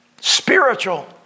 Spiritual